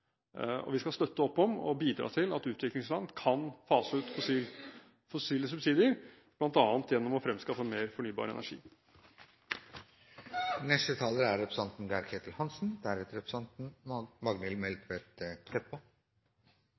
Vi skal støtte opp om og bidra til at utviklingsland kan fase ut fossile subsidier bl.a. gjennom å fremskaffe mer fornybar energi. Jeg vil også understreke at det er